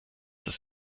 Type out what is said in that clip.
das